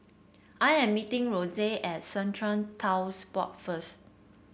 I am meeting Reese at Strata Titles Board first